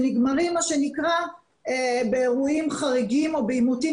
שנגמרים מה שנקרא באירועים חריגים או בעימותים